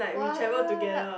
what